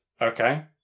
okay